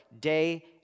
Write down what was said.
day